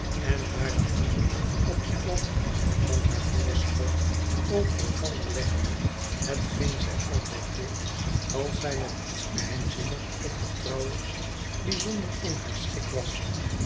en hare handen op den band van haar voorschoot over elkander leggende hetgeen zij altijd deed als zij met iets geheimzinnigs of vertrouwelijks bijzonder in haar schik was